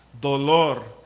dolor